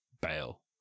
bail